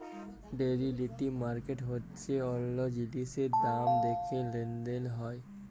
derivative market হচ্যে অল্য জিলিসের দাম দ্যাখে লেলদেল হয়